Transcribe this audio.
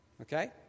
Okay